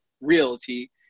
Realty